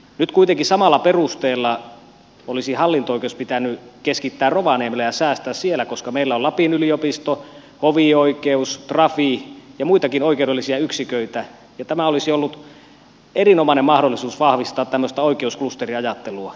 nyt kuitenkin samalla perusteella olisi hallinto oikeus pitänyt keskittää rovaniemelle ja säästää siellä koska meillä on lapin yliopisto hovioikeus trafi ja muitakin oikeudellisia yksiköitä ja tämä olisi ollut erinomainen mahdollisuus vahvistaa tämmöistä oikeusklusteriajattelua